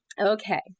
Okay